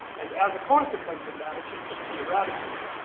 and as a consequence of that, it should just be eradicated.